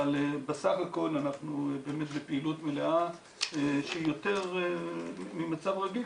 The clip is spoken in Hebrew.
אבל בסך הכול אנחנו באמת בפעילות מלאה שהיא יותר ממצב רגיל,